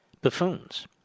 buffoons